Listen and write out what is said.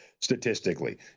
statistically